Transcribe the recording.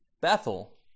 Bethel